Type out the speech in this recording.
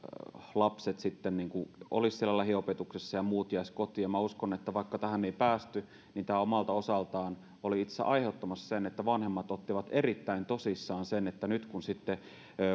lapset sitten olisivat siellä lähiopetuksessa ja muut jäisivät kotiin minä uskon että vaikka tähän ei päästy niin tämä omalta osaltaan oli itse asiassa aiheuttamassa sen että vanhemmat ottivat erittäin tosissaan sen että nyt kun sitten